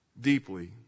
deeply